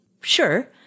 sure